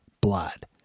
blood